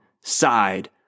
side